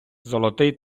золотий